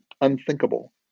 unthinkable